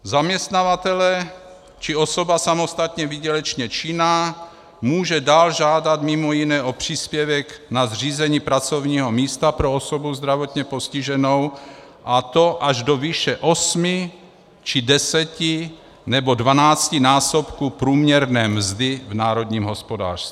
Zaměstnavatelé či osoba samostatně výdělečně činná mohou dál žádat mimo jiné o příspěvek na zřízení pracovního místa pro osobu zdravotně postiženou, a to až do výše osmi či deseti nebo dvanáctinásobku průměrné mzdy v národním hospodářství.